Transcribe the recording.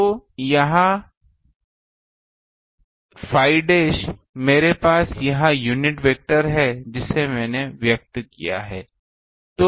तो अब यह a phi डैशड मेरे पास यह यूनिट वेक्टर है जिसे मैंने व्यक्त किया है